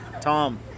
Tom